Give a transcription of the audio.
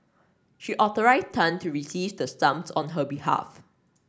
she authorised Tan to receive the sums on her behalf